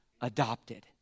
Adopted